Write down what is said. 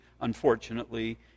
Unfortunately